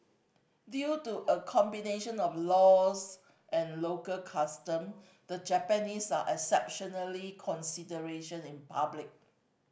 due to a combination of laws and local custom the Japanese are exceptionally consideration in public